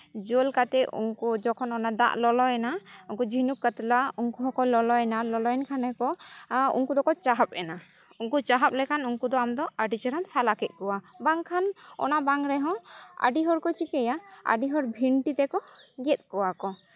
ᱡᱳᱞ ᱠᱟᱛᱮᱫ ᱩᱱᱠᱩ ᱡᱚᱠᱷᱚᱱ ᱫᱟᱜ ᱞᱚᱞᱚᱭᱮᱱᱟ ᱩᱱᱠᱩ ᱡᱷᱤᱱᱩᱠ ᱠᱟᱛᱞᱟ ᱩᱱᱠᱩ ᱦᱚᱸᱠᱚ ᱞᱚᱞᱚᱭᱮᱱᱟ ᱞᱚᱞᱚᱭᱮᱱ ᱠᱷᱟᱱ ᱫᱚᱠᱚ ᱩᱱᱠᱩ ᱫᱚᱠᱚ ᱪᱟᱦᱟᱵ ᱮᱱᱟ ᱩᱱᱠᱩ ᱪᱟᱦᱟᱵ ᱞᱮᱠᱷᱟᱱ ᱩᱱᱠᱩ ᱫᱚ ᱟᱢᱫᱚ ᱟᱹᱰᱤ ᱪᱮᱦᱨᱟᱢ ᱥᱟᱞᱟ ᱠᱮᱫ ᱠᱚᱣᱟ ᱵᱟᱝᱠᱷᱟᱱ ᱚᱱᱟ ᱵᱟᱝ ᱨᱮᱦᱚᱸ ᱟᱹᱰᱤ ᱦᱚᱲ ᱠᱚ ᱪᱤᱠᱟᱹᱭᱟ ᱟᱹᱰᱤ ᱦᱚᱲ ᱵᱷᱤᱱᱴᱤ ᱛᱮᱠᱚ ᱜᱮᱫ ᱠᱚᱣᱟ ᱠᱚ